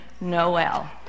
Noel